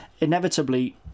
inevitably